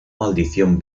maldición